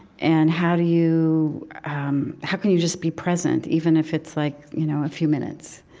and how do you um how can you just be present, even if it's like, you know, a few minutes?